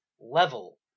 level